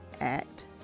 act